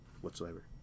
whatsoever